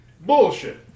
Bullshit